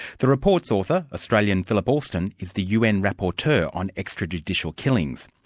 the report's author, australian philip alston, is the un rapporteur on extrajudicial killings.